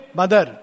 mother